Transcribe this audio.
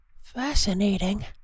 Fascinating